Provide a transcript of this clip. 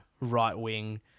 right-wing